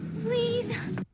Please